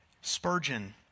Spurgeon